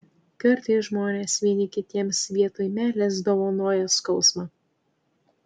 kartais žmonės vieni kitiems vietoj meilės dovanoja skausmą